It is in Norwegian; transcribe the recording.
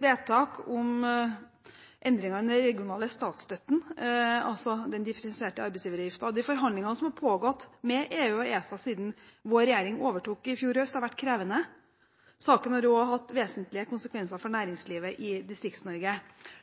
vedtak om endringene i den regionale statsstøtten, altså den differensierte arbeidsgiveravgiften, og de forhandlingene som har pågått med EU og ESA siden vår regjering overtok i fjor høst, har vært krevende. Saken har også hatt vesentlige konsekvenser for næringslivet i Distrikts-Norge.